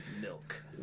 Milk